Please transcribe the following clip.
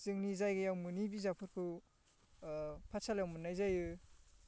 जोंनि जायगायाव मोनि बिजाबफोरखौ पाथसालायाव मोननाय जायो